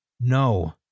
No